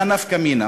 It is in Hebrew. מה נפקא מינה?